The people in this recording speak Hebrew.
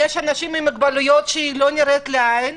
יש אנשים עם מוגבלות שלא נראית לעין.